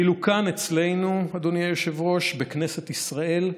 ואילו כאן אצלנו, אדוני היושב-ראש, בכנסת ישראל,